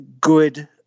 good